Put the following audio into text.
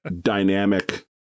dynamic